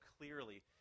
clearly